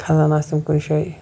کھَسان آسہٕ تِم کُنہِ جایہِ